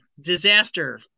disaster